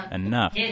enough